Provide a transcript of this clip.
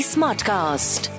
Smartcast